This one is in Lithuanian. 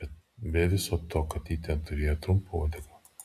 be viso to katytė turėjo trumpą uodegą